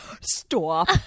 Stop